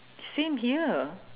same here